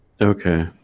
Okay